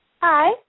Hi